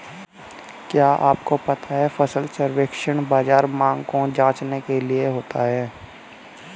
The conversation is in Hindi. क्या आपको पता है फसल सर्वेक्षण बाज़ार मांग को जांचने के लिए होता है?